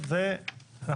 אנחנו נבדוק את זה.